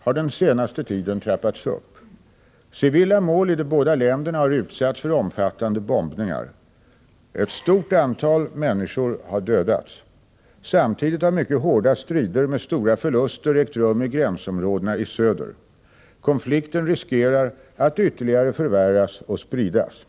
har den senaste tiden trappats upp. Civila mål i de båda länderna har utsatts för omfattande bombningar. Ett stort antal människor har dödats. Samtidigt har mycket hårda strider med stora förluster ägt rum i gränsområdena i söder. Konflikten riskerar att ytterligare förvärras och spridas.